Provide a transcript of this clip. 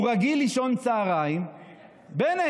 הוא רגיל לישון צוהריים, בנט.